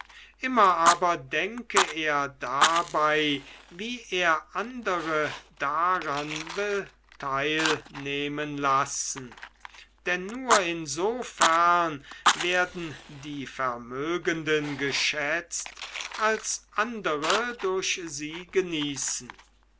immer aber denke er dabei wie er andere daran will teilnehmen lassen denn nur insofern werden die vermögenden geschätzt als andere durch sie genießen